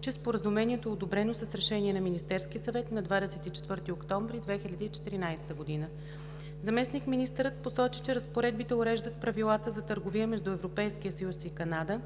че Споразумението е одобрено с решение на Министерския съвет на 24 октомври 2014 г. Заместник-министърът посочи, че разпоредбите уреждат правилата за търговия между Европейския съюз и Канада